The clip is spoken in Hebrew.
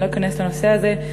אני לא אכנס לנושא הזה.